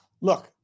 look